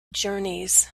journeys